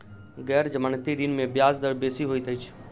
गैर जमानती ऋण में ब्याज दर बेसी होइत अछि